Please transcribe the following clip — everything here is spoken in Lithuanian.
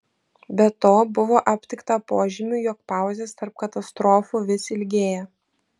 be to buvo aptikta požymių jog pauzės tarp katastrofų vis ilgėja